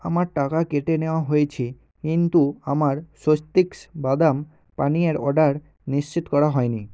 আমার টাকা কেটে নেওয়া হয়েছে কিন্তু আমার স্বস্তিকস বাদাম পানীয়ের অর্ডার নিশ্চিত করা হয় নি